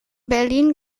berlin